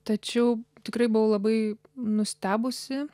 tačiau tikrai buvau labai nustebusi